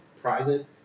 private